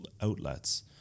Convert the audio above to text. outlets